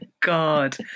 god